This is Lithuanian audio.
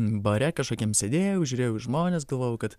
bare kažkokiam sėdėjau žiūrėjau į žmones galvojau kad